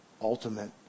Ultimate